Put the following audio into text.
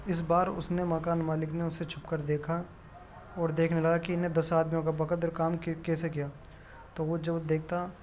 اس بار اس نے مکان مالک نے اسے چھپ کر دیکھا اور دیکھنے لگا کہ ان نے دس آدمیوں کے بقدر کام کیسے کیا تو وہ جو دیکھتا